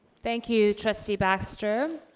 thank you, trustee baxter.